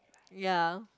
ya